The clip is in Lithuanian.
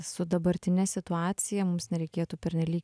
su dabartine situacija mums nereikėtų pernelyg